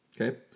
Okay